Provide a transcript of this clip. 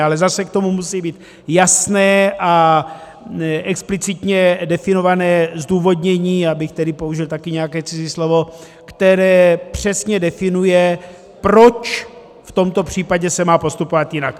Ale zase k tomu musí být jasné a explicitně definované zdůvodnění, abych použil taky nějaké cizí slovo, které přesně definuje, proč v tomto případě se má postupovat jinak.